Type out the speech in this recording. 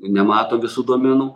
nemato visų duomenų